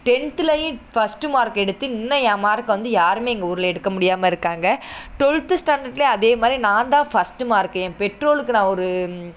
டென்த்துலேயும் first mark எடுத்து இன்னும் என் மார்க் வந்து யாரும் எங்கள் ஊரில் எடுக்க முடியாமல் இருக்காங்க டுவெல்த்து ஸ்டாண்டர்டில் அதேமாதிரி நான்தான் ஃபஸ்ட்டு மார்க்கு என் பெற்றோருக்கு நான் ஒரு